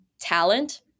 talent